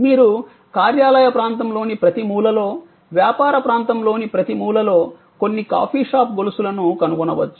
మీరు కార్యాలయ ప్రాంతంలోని ప్రతి మూలలో వ్యాపార ప్రాంతంలోని ప్రతి మూలలో కొన్ని కాఫీ షాప్ గొలుసులను కనుగొనవచ్చు